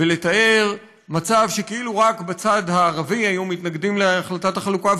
ולתאר מצב שכאילו רק בצד הערבי היו מתנגדים להחלטת החלוקה,